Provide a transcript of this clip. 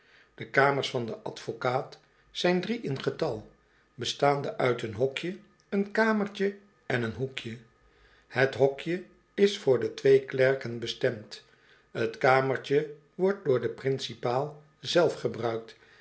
de kamers van den advocaat zijn drie in getal bestaande uit een hokje een kamertje en een hoekje het hokje is voor de twee klerken bestemd t kamertje wordt door den principaal zelf gebruikt